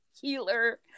healer